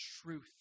truth